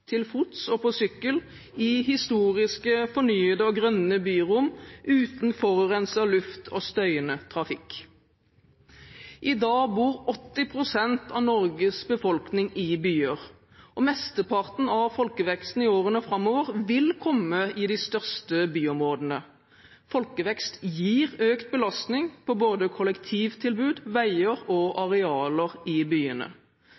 til fots og på sykkel, i historiske, fornyede og grønne byrom uten forurenset luft og støyende trafikk. I dag bor 80 pst. av Norges befolkning i byer, og mesteparten av folkeveksten i årene framover vil komme i de største byområdene. Folkevekst gir økt belastning på både kollektivtilbud, veier og arealer i byene.